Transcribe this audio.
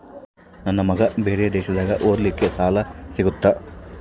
ನನ್ನ ಮಗ ಬೇರೆ ದೇಶದಾಗ ಓದಲಿಕ್ಕೆ ಸಾಲ ಸಿಗುತ್ತಾ?